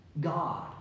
God